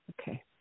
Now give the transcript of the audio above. Okay